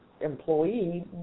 employee